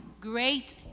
great